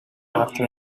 after